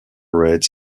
raids